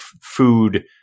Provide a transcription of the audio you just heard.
food